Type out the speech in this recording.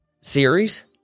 series